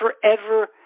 forever